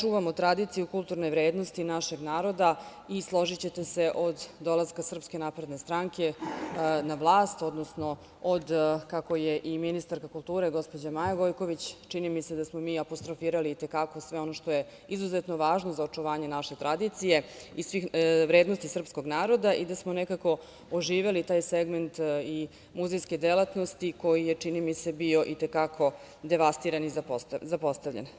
čuvamo tradiciju, kulturne vrednosti našeg naroda i, složićete se, od dolaska SNS na vlast odnosno od, kako je i ministarka kulture, gospođa Maja Gojković, čini mi se da smo mi apostrofirali i te kako sve ono što je izuzetno važno za očuvanje naše tradicije i vrednosti srpskog naroda i da smo nekako oživeli taj segment i muzejske delatnosti koji je, čini mi se, bio i te kako devastiran i zapostavljen.